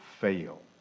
fail